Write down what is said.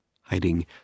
hiding